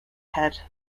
head